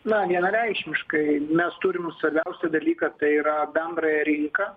na vienareikšmiškai mes turim svarbiausią dalyką tai yra bendrąją rinką